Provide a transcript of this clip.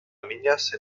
niñas